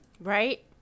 right